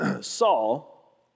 Saul